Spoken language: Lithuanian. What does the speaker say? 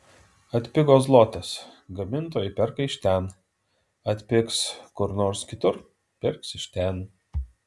atpigo zlotas gamintojai perka iš ten atpigs kur nors kitur pirks iš ten